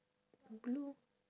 blue